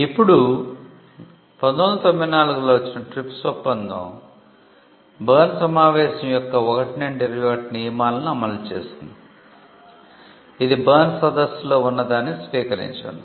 ఇప్పుడు 1994 లో వచ్చిన TRIPS ఒప్పందం బెర్న్ కన్వెన్షన్ యొక్క 1 నుండి 21 నియమాలను అమలు చేసింది ఇది బెర్న్ సదస్సులో ఉన్నదాన్ని స్వీకరించింది